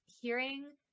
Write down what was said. hearing